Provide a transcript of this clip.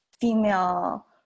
female